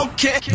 Okay